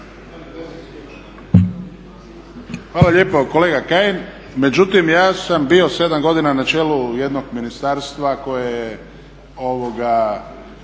Hvala lijepo kolega Kajin. Međutim, ja sam bio 7 godina na čelu jednog ministarstva koje je slagalo